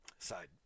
Side